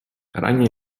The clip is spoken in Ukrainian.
ранні